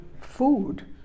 food